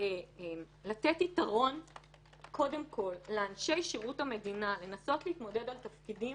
שלתת יתרון קודם כל לאנשי שירות המדינה לנסות להתמודד על תפקידים